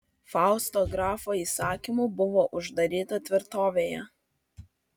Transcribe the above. fausta grafo įsakymu buvo uždaryta tvirtovėje